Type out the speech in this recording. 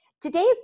Today's